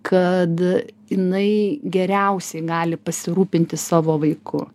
kad jinai geriausiai gali pasirūpinti savo vaiku